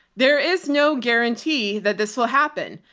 there is no guarantee that this will happen,